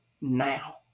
now